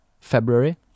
February